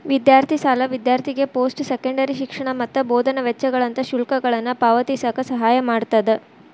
ವಿದ್ಯಾರ್ಥಿ ಸಾಲ ವಿದ್ಯಾರ್ಥಿಗೆ ಪೋಸ್ಟ್ ಸೆಕೆಂಡರಿ ಶಿಕ್ಷಣ ಮತ್ತ ಬೋಧನೆ ವೆಚ್ಚಗಳಂತ ಶುಲ್ಕಗಳನ್ನ ಪಾವತಿಸಕ ಸಹಾಯ ಮಾಡ್ತದ